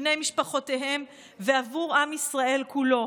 בני משפחותיהם ועבור עם ישראל כולו.